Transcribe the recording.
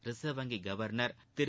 reserve வங்கி governor திரு